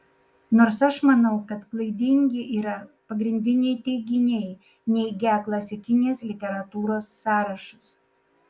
nors aš manau kad klaidingi yra pagrindiniai teiginiai neigią klasikinės literatūros sąrašus